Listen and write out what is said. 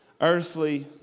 earthly